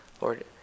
Lord